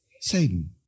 Satan